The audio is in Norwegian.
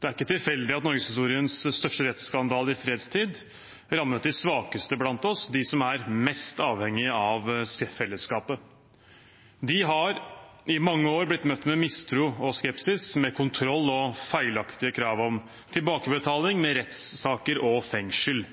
Det er ikke tilfeldig at norgeshistoriens største rettsskandale i fredstid rammet de svakeste blant oss, de som er mest avhengig av fellesskapet. De har i mange år blitt møtt med mistro og skepsis, med kontroll og feilaktige krav om tilbakebetaling, med rettssaker og fengsel.